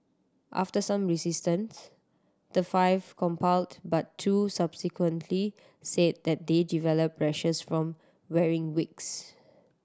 after some resistance the five complied but two subsequently said that they developed rashes from wearing wigs